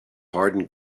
hardened